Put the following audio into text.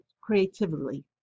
creatively